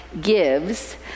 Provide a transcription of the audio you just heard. gives